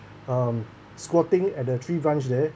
um squatting at the tree branch there